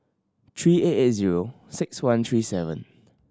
three eight eight zero six one three seven